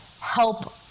help